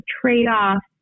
trade-off